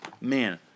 Man